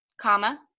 comma